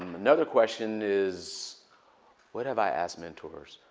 um another question is what have i asked mentors?